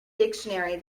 dictionary